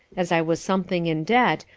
as i was something in debt,